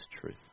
truth